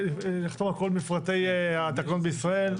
לחתום על כל מפרטי התקנות בישראל.